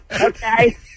Okay